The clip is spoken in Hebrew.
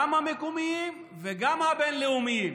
גם המקומיים וגם הבין-לאומיים,